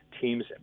teams